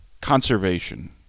Conservation